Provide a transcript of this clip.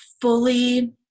fully